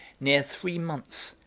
near three months,